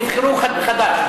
אמרת: ראשי מועצות שנבחרו, חדש,